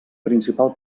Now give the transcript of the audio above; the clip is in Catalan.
principal